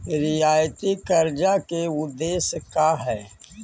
रियायती कर्जा के उदेश्य का हई?